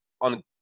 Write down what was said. on